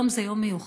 היום זה יום מיוחד,